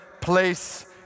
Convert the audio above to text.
place